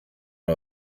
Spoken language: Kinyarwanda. ari